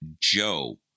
Joe